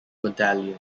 medallion